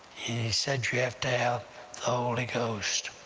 he said, you have to have the holy ghost.